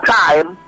time